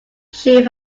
chief